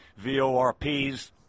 VORPs